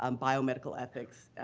um biomedical ethics